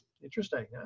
Interesting